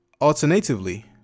Alternatively